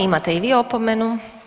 Imate i vi opomenu.